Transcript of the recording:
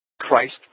Christ